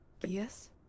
Yes